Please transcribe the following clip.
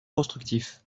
constructif